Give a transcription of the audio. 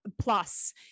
plus